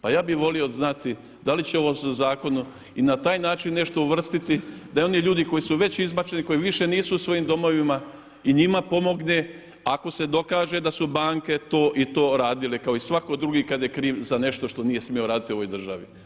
Pa ja bih volio znati da li će ovim zakonom i na taj način nešto se uvrstiti da i oni ljudi koji su već izbačeni i koji više nisu u svojim domovima i njima pomogne ako se dokaže da su banke to i to radile kao i svak drugi kad je kriv za nešto što nije smio raditi u ovoj državi.